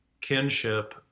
kinship